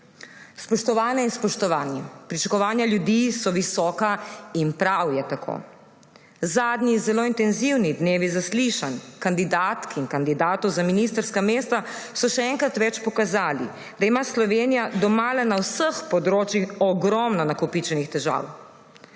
Spoštovane in spoštovani, pričakovanja ljudi so visoka in prav je tako. Zadnji, zelo intenzivni dnevi zaslišanj kandidatk in kandidatov za ministrska mesta so še enkrat več pokazali, da ima Slovenija domala na vseh področjih ogromno nakopičenih težav.